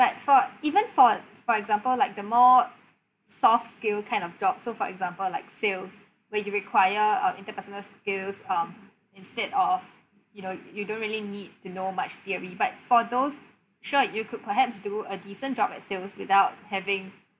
but for even for for example like the more soft skill kind of job so for example like sales were you require um interpersonal skills um instead of you know you don't really need to know much theory but for those sure you could perhaps do a decent job at sales without having